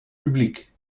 publiek